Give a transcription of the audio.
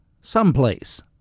someplace